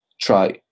try